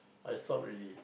I stop already